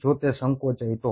જો તે સંકોચાય તો